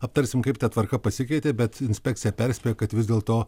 aptarsim kaip ta tvarka pasikeitė bet inspekcija perspėja kad vis dėlto